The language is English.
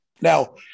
Now